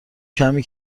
کمی